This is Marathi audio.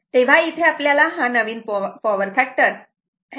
तेव्हा इथे आपल्याकडे हा नवीन पॉवर फॅक्टर अँगल 18